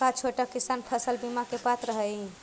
का छोटा किसान फसल बीमा के पात्र हई?